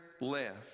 left